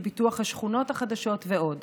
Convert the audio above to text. בפיתוח השכונות החדשות ועוד.